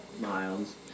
miles